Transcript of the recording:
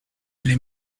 les